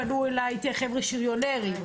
פנו אליי חבר'ה שריונרים,